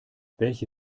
welche